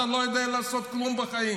חוץ מלשקר אתה לא יודע לעשות כלום בחיים.